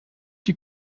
die